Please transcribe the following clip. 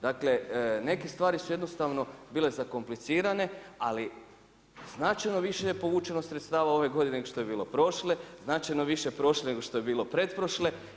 Dakle, neke stvari su jednostavno bile zakomplicirane, ali značajno više je povućeno sredstava ove godine nego što je bilo prošle, značajno više prošle nego što je bilo pretprošle.